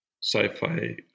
sci-fi